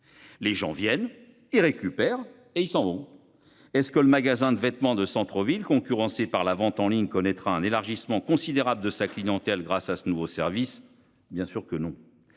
Les gens viennent et récupèrent et ils s'en. Est-ce que le magasin de vêtements de centre-ville concurrencés par la vente en ligne connaîtra un élargissement considérable de sa clientèle grâce à ce nouveau service. Bien sûr que non.